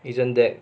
isn't that